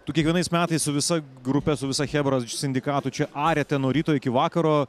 tu kiekvienais metais su visa grupe su visa chebra sindikatų čia ariate nuo ryto iki vakaro